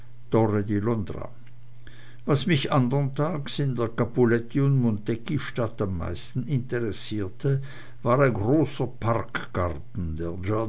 was mich anderntags in der capuletti und montecchi stadt am meisten interessierte war ein großer parkgarten der